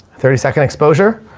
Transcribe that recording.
thirty second exposure.